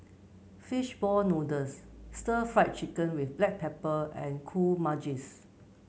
fish ball noodles stir Fry Chicken with Black Pepper and Kuih Manggis